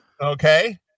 Okay